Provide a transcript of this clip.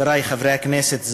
חברי חברי הכנסת,